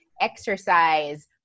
exercise